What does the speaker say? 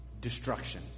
Destruction